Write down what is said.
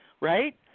right